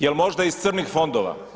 Jel možda iz crnih fondova?